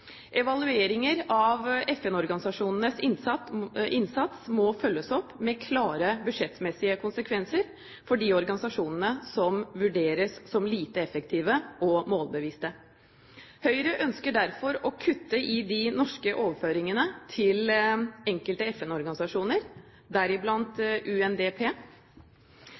Evalueringer av FN-organisasjonenes innsats må følges opp med klare budsjettmessige konsekvenser for de organisasjonene som vurderes som lite effektive og målbevisste. Høyre ønsker derfor å kutte i de norske overføringene til enkelte FN-organisasjoner, deriblant UNDP.